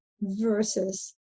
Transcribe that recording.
versus